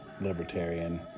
libertarian